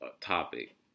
topic